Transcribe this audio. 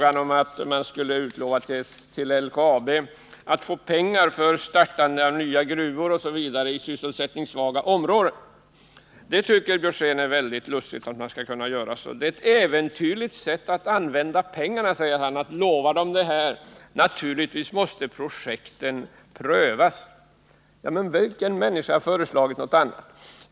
Att man skulle lova LKAB att få pengar till startande av nya gruvor osv. i sysselsättningssvaga områden tycker Karl Björzén är väldigt lustigt. Det är ett äventyrligt sätt att använda pengarna, säger han, för naturligtvis måste projekten prövas. Ja, vem har föreslagit något annat?